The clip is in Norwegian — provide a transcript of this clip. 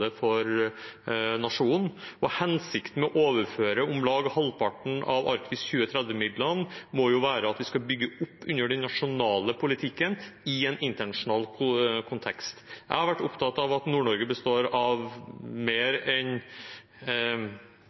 for nasjonen. Hensikten med å overføre om lag halvparten av Arktis 2030-midlene må jo være at vi skal bygge opp under den nasjonale politikken i en internasjonal kontekst. Jeg har vært opptatt av at Nord-Norge består av mer enn